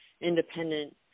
independent